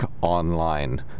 online